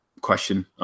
Question